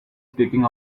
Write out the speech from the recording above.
speaking